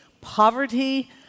poverty